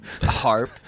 harp